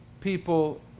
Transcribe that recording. people